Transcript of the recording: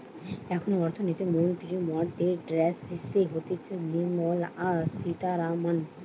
এখন অর্থনীতি মন্ত্রী মরদের ড্যাসে হতিছে নির্মলা সীতারামান